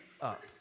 up